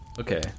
Okay